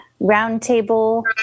roundtable